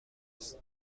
است